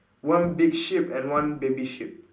one big sheep and one baby sheep